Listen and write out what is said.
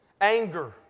Anger